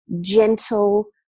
gentle